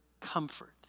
comfort